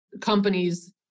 companies